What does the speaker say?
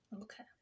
okay